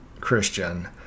Christian